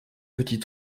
petits